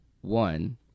one